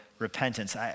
repentance